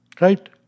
right